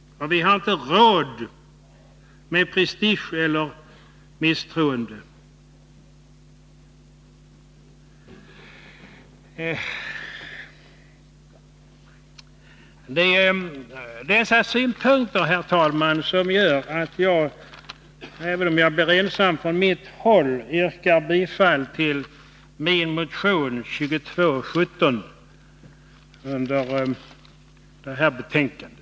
Vi har inte råd med prestige eller misstroende. Det är dessa synpunkter, herr talman, som gör att jag även om jag blir ensam från mitt håll yrkar bifall till min motion 2217, som behandlas i det föreliggande betänkandet.